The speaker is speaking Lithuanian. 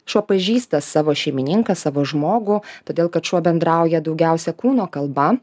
šuo pažįsta savo šeimininką savo žmogų todėl kad šuo bendrauja daugiausia kūno kalba